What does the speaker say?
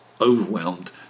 overwhelmed